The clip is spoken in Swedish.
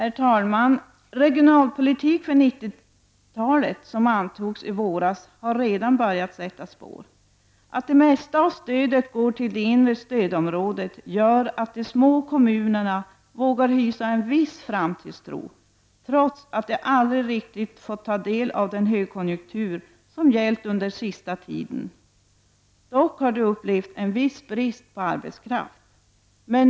Regionalpolitik för 90-talet -- som antogs i våras har redan börjat sätta spår. Att det mesta av stödet går till det inre stödområdet gör att de små kommunerna vågar hysa en viss framtidstro, trots att de aldrig riktigt fått ta del av den högkonjunktur som gällt under den senaste tiden. Dock har de fått uppleva en viss brist på arbetskraft.